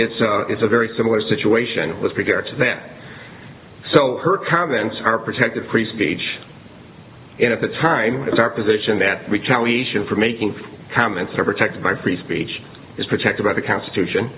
it's a it's a very similar situation with regard to that so her comments are protected free speech and at the time it is our position that retaliation for making comments are protected by free speech is protected by the constitution